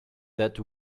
that